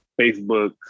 Facebook